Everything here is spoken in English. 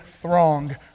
throng